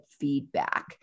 feedback